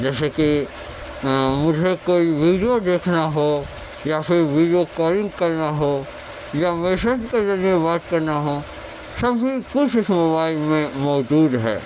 جیسے کہ مجھے کوئی ویڈیو دیکھنا ہو یا پھر ویڈیو کالنگ کرنا ہو یا مسیج کے ذریعے بات کرنا ہو سبھی کچھ اس موبائل میں موجود ہے